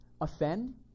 offend